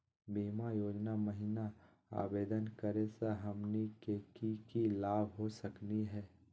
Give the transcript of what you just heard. बीमा योजना महिना आवेदन करै स हमनी के की की लाभ हो सकनी हे?